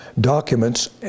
documents